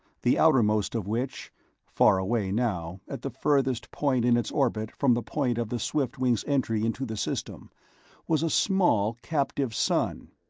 the outermost of which far away now, at the furthest point in its orbit from the point of the swiftwing s entry into the system was a small captive sun.